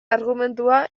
argumentua